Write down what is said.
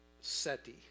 SETI